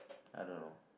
I don't know